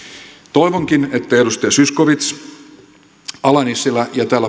toivonkin että edustajat zyskowicz ala nissilä ja täällä